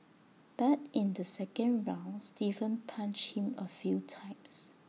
but in the second round Steven punched him A few times